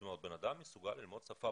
זאת אומרת בן אדם מסוגל ללמוד שפה,